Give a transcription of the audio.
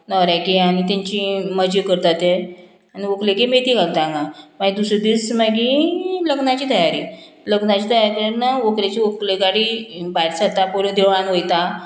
न्होवऱ्यागेर आनी तेंची मजा करता ते आनी व्हंकलेगेर मेथी घालता हांगा मागीर दुसरे दीस मागी लग्नाची तयारी लग्नाची तयारी ना व्हंकलेची व्हंकले गाडी भायर सरता पळय देवळान वयता